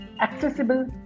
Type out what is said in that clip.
accessible